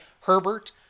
Herbert